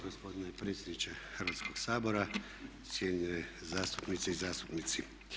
gospodine predsjedniče Hrvatskog sabora, cijenjene zastupnice i zastupnici.